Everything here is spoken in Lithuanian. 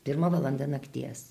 pirma valanda nakties